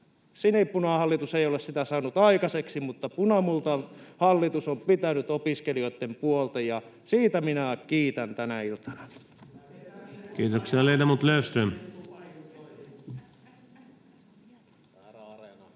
Sinipunahallitus ei ole sitä saanut aikaiseksi, mutta punamultahallitus on pitänyt opiskelijoiden puolta, ja siitä minä kiitän tänä iltana. [Ben